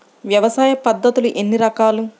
వ్యవసాయ పద్ధతులు ఎన్ని రకాలు?